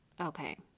Okay